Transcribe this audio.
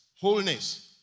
Wholeness